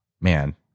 man